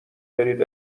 برید